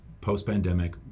post-pandemic